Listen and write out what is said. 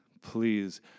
please